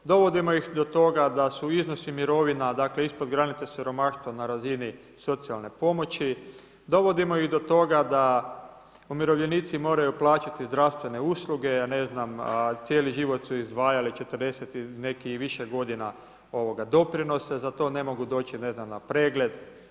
Dovodimo ih do toga da su iznosi mirovina dakle, ispod granice siromaštva na razini socijalne pomoći, dovodimo ih do toga da umirovljenici moraju plaćati zdravstvene usluge, ja ne znam, cijeli život su izdvajali 40 neki i više godina doprinose za to, ne mogu doći, ne znam, na pregled.